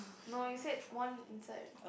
no it said one inside